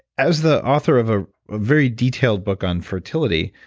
as the author of a very detailed book on fertility,